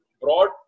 broad